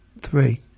three